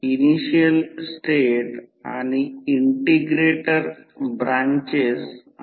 आता एक alternating supply voltage तो V1 दिला आहे